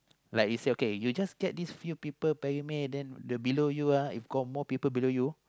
like you say okay you just get this few people pyramid then the below you ah if got more people below you